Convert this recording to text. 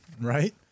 right